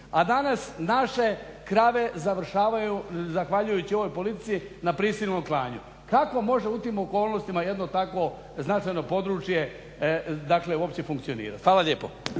a danas naše krave završavaju zahvaljujući ovoj politici na prisilnom klanju. Kako može u tim okolnostima jedno takvo značajno područje dakle uopće funkcionirati. Hvala lijepo.